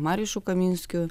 mariušu kaminskiu